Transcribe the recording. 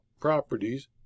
Properties